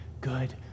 good